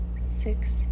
six